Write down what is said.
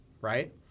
right